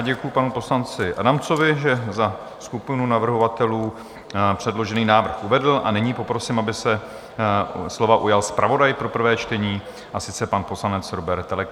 Děkuji panu poslanci Adamcovi, že za skupinu navrhovatelů předložený návrh uvedl, a nyní poprosím, aby se slova ujal zpravodaj pro prvé čtení, a sice pan poslanec Róbert Teleky.